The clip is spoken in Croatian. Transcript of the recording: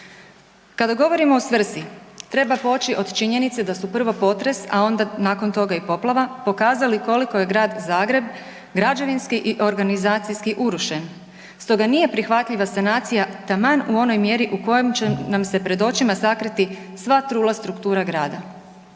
Kada govorimo o svrsi, treba poći od činjenice da su prvo potres a onda nakon toga i poplava, pokazali koliko je grad Zagreb građevinski i organizacijski urušen stoga nije prihvatljiva sanacija taman u onoj mjeri u kojoj će nam se pred očima sakriti sva trula struktura grada.